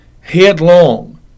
headlong